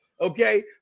Okay